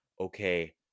okay